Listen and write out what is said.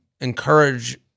encourage